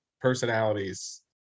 personalities